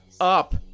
up